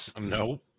No